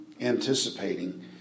anticipating